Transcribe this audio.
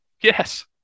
Yes